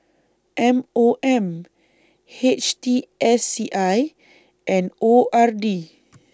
M OM H T S C I and O R D